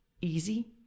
easy